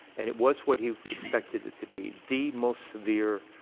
and it was what he expected it to be, the most severe